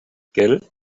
gell